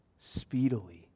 speedily